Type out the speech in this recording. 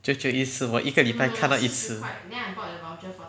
久久一次我一个礼拜看到一次